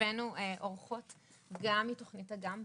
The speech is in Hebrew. הבאנו איתנו אורחות גם מ"תוכנית אגם".